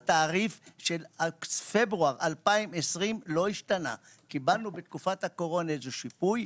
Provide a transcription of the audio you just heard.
התעריף לא השתנה מאז בפברואר 2020. קיבלנו בתקופת הקורונה איזה שהוא שיפוי,